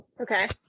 Okay